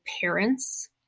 parents